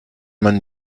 man